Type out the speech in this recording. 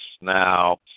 Now